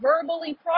verbally